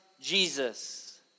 Jesus